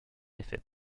effet